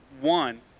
One